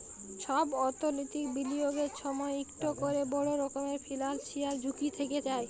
ছব অথ্থলৈতিক বিলিয়গের সময় ইকট ক্যরে বড় রকমের ফিল্যালসিয়াল ঝুঁকি থ্যাকে যায়